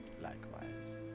Likewise